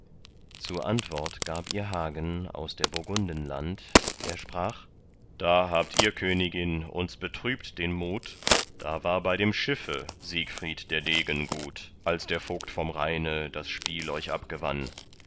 zur antwort gab ihr hagen aus der burgunden land er sprach da habt ihr königin uns betrübt den mut da war bei dem schiffe siegfried der degen gut als der vogt vom rheine das spiel euch abgewann